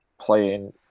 playing